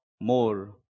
more